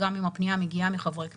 גם אם הפניה מגיעה מחברי כנסת.